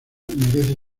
merece